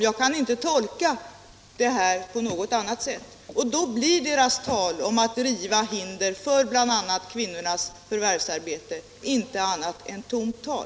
Jag kan inte tolka det här på något annat sätt, och då blir de borgerligas tal om att riva hindren för bl.a. kvinnornas förvärvsarbete inte annat än tomt tal.